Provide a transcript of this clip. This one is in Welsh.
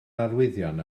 arwyddion